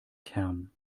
kern